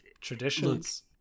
traditions